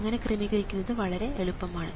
അങ്ങനെ ക്രമീകരിക്കുന്നത് വളരെ എളുപ്പമാണ്